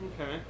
Okay